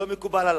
לא מקובל עלי.